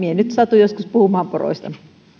satun joskus puhumaan poroista